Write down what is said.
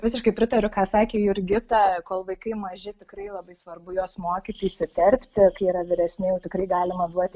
visiškai pritariu ką sakė jurgita kol vaikai maži tikrai labai svarbu juos mokyti įsiterpti kai yra vyresni jau tikrai galima duoti